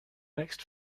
next